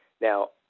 Now